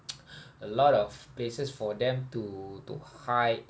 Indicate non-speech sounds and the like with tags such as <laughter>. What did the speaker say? <noise> a lot of places for them to to hide